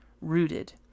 rooted